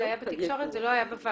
זה היה בתקשורת אבל לא היה בוועדה.